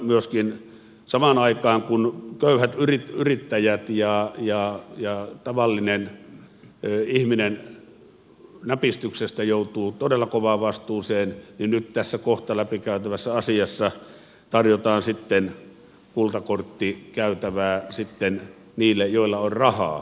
myöskin samaan aikaan kun köyhät yrittäjät ja tavallinen ihminen näpistyksestä joutuvat todella kovaan vastuuseen nyt tässä kohta läpi käytävässä asiassa tarjotaan sitten kultakorttikäytävää niille joilla on rahaa toimia